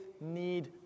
need